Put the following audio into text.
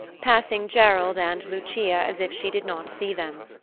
passing gerald and lucia as if she did not see them.